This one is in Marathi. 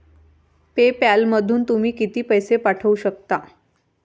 पे पॅलमधून तुम्ही किती पैसे पाठवू शकता?